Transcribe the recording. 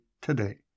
today